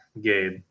Gabe